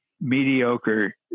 mediocre